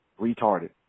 Retarded